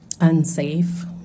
unsafe